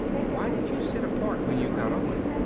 why did you sit apart when you got on?